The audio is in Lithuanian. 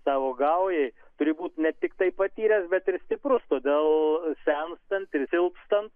tavo gaujai turi būt ne tiktai patyręs bet ir stiprus todėl senstant ir silpstant